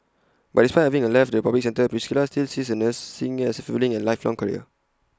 but despite having left the public sector Priscilla still sees nursing as A fulfilling and lifelong career